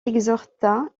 exhorta